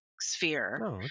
sphere